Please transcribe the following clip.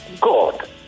God